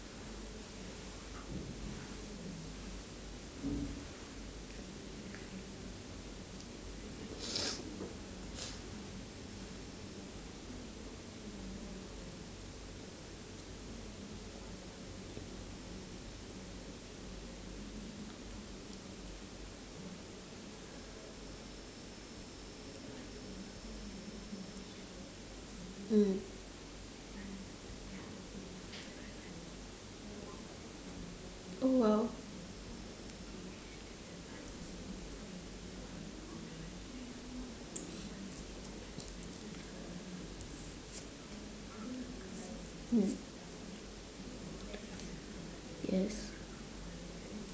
mm oh !wow! mm yes